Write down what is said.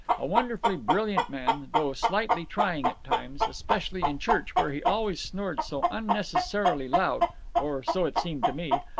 a wonderfully brilliant man, though slightly trying at times, especially in church, where he always snored so unnecessarily loud or so it seemed to me.